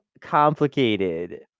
complicated